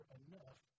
enough